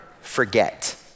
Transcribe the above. forget